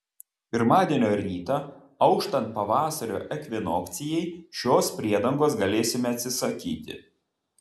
pirmadienio rytą auštant pavasario ekvinokcijai šios priedangos galėsime atsisakyti